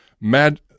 Mad